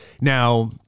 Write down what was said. Now